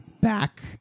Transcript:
back